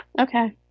Okay